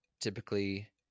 typically